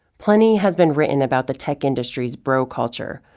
plenty has been written about the tech industry's bro culture,